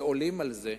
ועולים על זה,